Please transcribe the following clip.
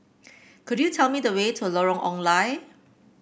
could you tell me the way to Lorong Ong Lye